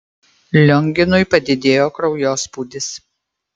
lionginui padidėjo kraujospūdis